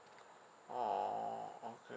oh okay